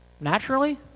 naturally